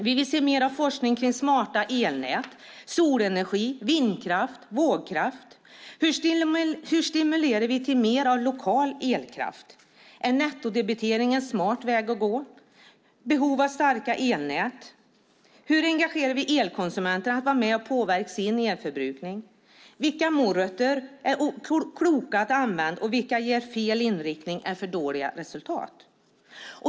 Vi vill se mer av forskning om smarta elnät, solenergi, vindkraft och vågkraft. Hur stimulerar vi till mer av lokal elkraft? Är nettodebitering en smart väg att gå? Vi har behov av starka elnät. Hur engagerar vi elkonsumenterna att vara med och påverka sin elförbrukning? Vilka morötter är det klokt att använda och vilka ger fel inriktning eller för dåliga resultat?